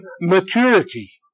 maturity